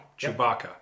Chewbacca